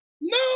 No